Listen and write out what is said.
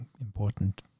important